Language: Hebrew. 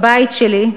הבית שלי,